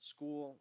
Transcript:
School